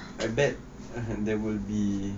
I bet there would be